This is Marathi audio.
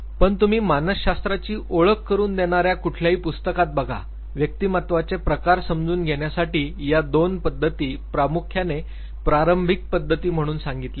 पण तुम्ही मानसशास्त्राची ओळख करून देणाऱ्या कुठल्याही पुस्तकात बघा व्यक्तिमत्वाचे प्रकार समजून घेण्यासाठी या दोन पद्धती प्रामुख्याने प्रारंभिक पद्धती म्हणून सांगितल्या आहेत